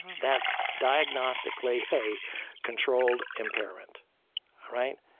that's diagnostically a controlled impairment, all right?